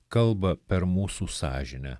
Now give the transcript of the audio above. kalba per mūsų sąžinę